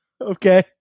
Okay